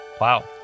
wow